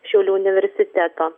šiaulių universiteto